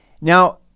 Now